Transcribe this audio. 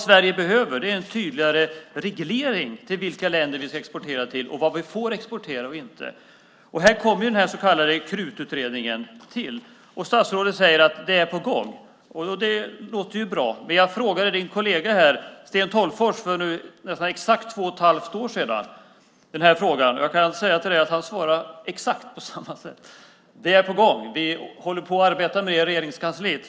Sverige behöver en tydligare reglering av vilka länder vi ska exportera till och vad vi får exportera och inte. Här kommer den så kallade Krututredningen in. Statsrådet säger att det är på gång. Det låter ju bra, men jag ställde den här frågan till din kollega Sten Tolgfors för nästan exakt två och ett halvt år sedan. Han svarade exakt på samma sätt. Han sade att det var på gång och att man arbetade med det i Regeringskansliet.